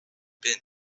been